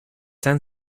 han